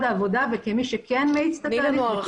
הם יהיו עם הגזים החדשים כי זה הדיפולט ולשם היצרנים הגדולים עוברים.